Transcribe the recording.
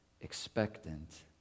expectant